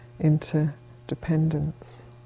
interdependence